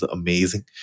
amazing